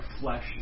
flesh